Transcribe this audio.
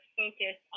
focus